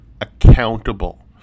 accountable